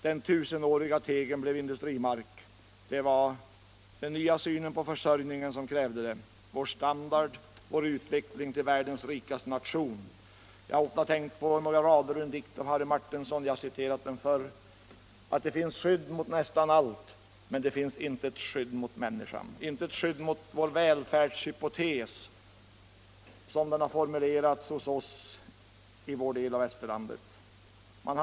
Den tusenåriga tegen blev industrimark. Det var den nya synen på försörjningen som krävde det, vår standard, vår utveckling till världens rikaste nation. Jag har ofta tänkt på några rader ur en dikt av Harry Martinson som jag har citerat förr och som säger att det finns skydd mot nästan allt, men det finns intet skydd mot människan. Det finns intet skydd mot vår välfärdshypotes, som den har formulerats hos oss i vår del av västerlandet.